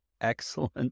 excellent